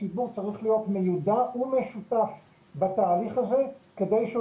הציבור צריך להיות מיודע ומשותף בתהליך הזה כדי שהוא